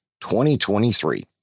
2023